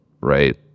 right